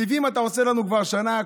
סיבים אתה עושה לנו כבר שנה,